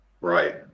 Right